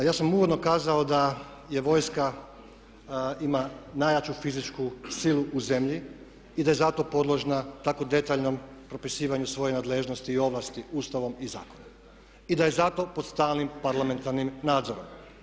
Ja sam uvodno kazao da je vojska ima najjaču fizičku silu u zemlji i da je zato podložna tako detaljnom propisivanju svoje nadležnosti i ovlasti Ustavom i zakonom i da je zato pod stalnim parlamentarnim nadzorom.